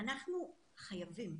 אנחנו חייבים